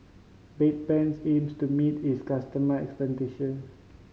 Bedpans aims to meet its customer expectation